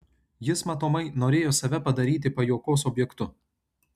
jis matomai norėjo save padaryti pajuokos objektu